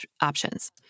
options